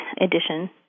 edition